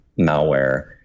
malware